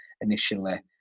initially